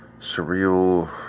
surreal